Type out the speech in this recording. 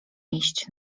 iść